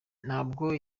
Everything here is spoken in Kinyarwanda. ntabwo